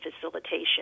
facilitation